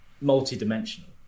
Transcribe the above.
multi-dimensional